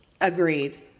Agreed